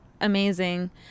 amazing